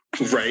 Right